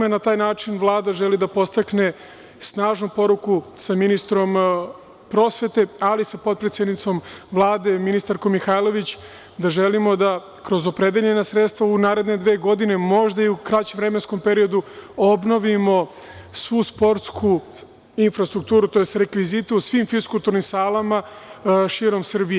Na taj način Vlada želi da podstakne snažnu poruku sa ministrom prosvete, ali i sa potpredsednicom Vlade, ministarkom Mihajlović, da želimo da kroz opredeljenja sredstva u naredne dve godine, možda i u kraćem vremenskom periodu, obnovimo svu sportsku infrastrukturu, tj. rekvizite u svim fiskulturnim salama širom Srbije.